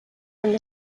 from